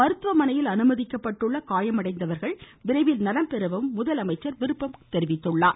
மருத்துவமனையில் அனுமதிக்கப்பட்டுள்ள காயமடைந்தவர் விரைவில் நலம்பெறவும் முதலமைச்சர் விருப்பம் தெரிவித்துள்ளார்